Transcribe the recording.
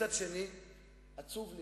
שאני עומד בראשה.